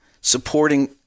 supporting